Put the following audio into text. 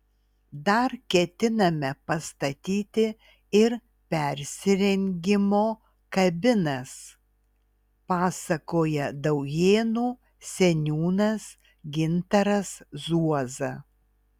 dar ketiname pastatyti ir persirengimo kabinas pasakoja daujėnų seniūnas gintaras zuoza